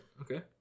okay